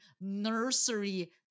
nursery